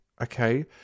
okay